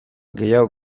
gehiago